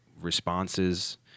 responses